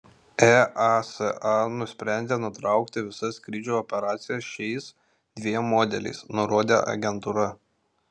easa nusprendė nutraukti visas skrydžių operacijas šiais dviem modeliais nurodė agentūra